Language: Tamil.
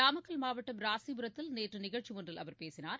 நாமக்கல் மாவட்டம் ராசிபுரத்தில் நேற்று நிகழ்ச்சி ஒன்றில் அவர் பேசினார்